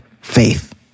faith